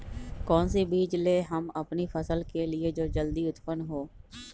कौन सी बीज ले हम अपनी फसल के लिए जो जल्दी उत्पन हो?